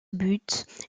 but